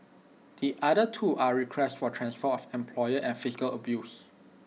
the other two are requests for transfer of employer and physical abuse